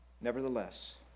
Nevertheless